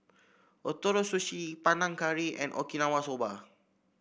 Ootoro Sushi Panang Curry and Okinawa Soba